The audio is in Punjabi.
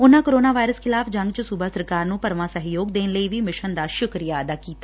ਉਨਾਂ ਕੋਰੋਨਾ ਵਾਇਰਸ ਖਿਲਾਫ ਜੰਗ 'ਚ ਸੂਬਾ ਸਰਕਾਰ ਨੂੰ ਭਰਵਾਂ ਸਹਿਯੋਗ ਦੇਣ ਲਈ ਵੀ ਮਿਸ਼ਨ ਦਾ ਸ਼ੁਕਰੀਆ ਅਕਦਾ ਕੀਤਾ